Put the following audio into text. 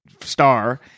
star